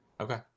Okay